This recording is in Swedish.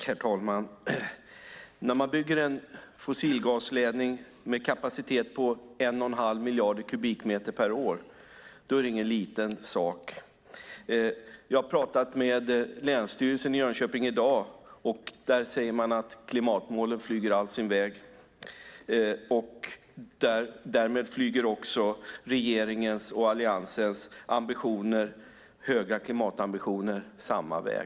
Herr talman! När man bygger en fossilgasledning med kapacitet på en och en halv miljard kubikmeter per år är det ingen liten sak. Jag har pratat med Länsstyrelsen i Jönköpings län i dag, och där säger man att klimatmålen flyger sin väg. Därmed flyger också regeringens och Alliansens höga klimatambitioner samma väg.